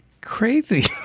crazy